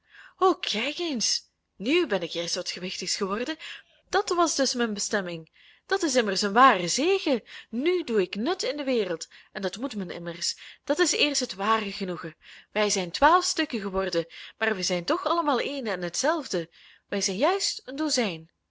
o kijk eens nu ben ik eerst wat gewichtigs geworden dat was dus mijn bestemming dat is immers een ware zegen nu doe ik nut in de wereld en dat moet men immers dat is eerst het ware genoegen wij zijn twaalf stukken geworden maar wij zijn toch allemaal een en hetzelfde wij zijn juist een dozijn